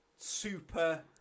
super